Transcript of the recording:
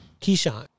Keyshawn